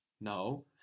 no